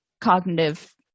cognitive